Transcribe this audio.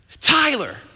Tyler